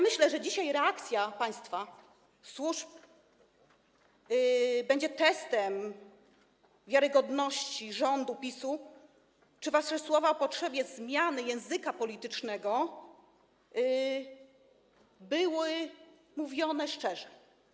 Myślę, że dzisiaj reakcja państwa, służb będzie testem wiarygodności rządu PiS-u, tego, czy wasze słowa o potrzebie zmiany języka politycznego były mówione szczerze.